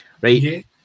Right